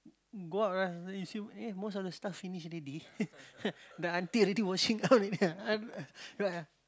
go out lah you see eh most of the stuff finish already the auntie already washing up already